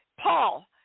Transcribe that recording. Paul